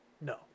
No